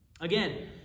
Again